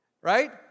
Right